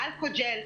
אלקוג'ל,